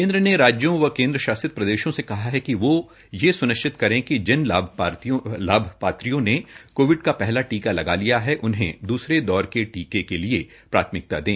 केन्द्र ने राज्यों व केन्द्र शासित प्रदेशों से कहा है कि वो ये सुनिश्चित करें कि जिन लाभपात्रियों ने कोविड का पहला टीका लगा लिया है उन्हें दुसरे दौर के टीके के लिए प्राथमिकता दें